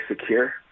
secure